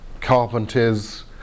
carpenters